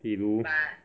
比如